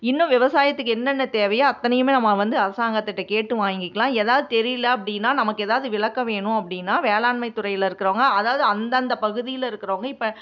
இன்னும் விவசாயத்துக்கு என்னென்ன தேவையோ அத்தனையுமே நம்ம வந்து அரசாங்கத்துகிட்ட கேட்டு வாங்கிக்கிலாம் ஏதாவுது தெரியலை அப்படின்னா நமக்கு ஏதாவது விளக்கம் வேணும் அப்படின்னா வேளாண்மைத்துறையில் இருக்கிறவுங்க அதாவது அந்தந்த பகுதியில் இருக்கிறவுங்க இப்போ